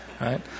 right